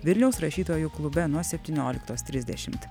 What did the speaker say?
vilniaus rašytojų klube nuo septynioliktos trisdešimt